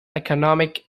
economic